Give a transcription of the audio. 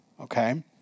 okay